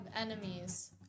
enemies